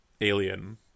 Alien